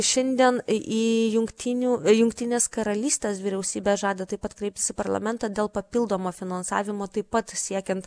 šiandien į į jungtinių jungtinės karalystės vyriausybė žada taip pat kreiptis į parlamentą dėl papildomo finansavimo taip pat siekiant